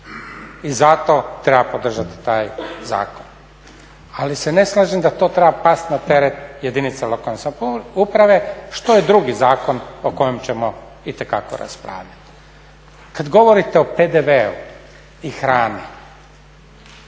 I zato treba podržati taj zakon. Ali se ne slažem da to treba pasti na teret jedinica lokalne samouprave što je drugi zakon o kojem ćemo itekako raspravljati. Kad govorite o PDV-u i hrani,